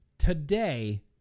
Today